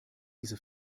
diese